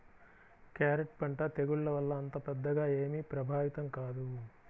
carrot పంట తెగుళ్ల వల్ల అంత పెద్దగా ఏమీ ప్రభావితం కాదు